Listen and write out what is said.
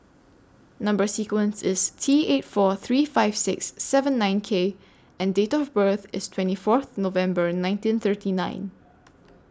Number sequence IS T eight four three five six seven nine K and Date of birth IS twenty Fourth November nineteen thirty nine